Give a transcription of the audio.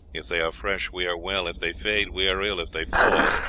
if they are fresh, we are well if they fade, we are ill if they fall,